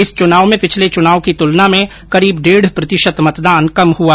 इस चुनाव में पिछले चुनाव की तुलना में करीब डेढ प्रतिशत मतदान कम हुआ